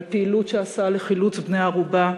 על פעילות שעשה לחילוץ בני-ערובה,